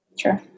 Sure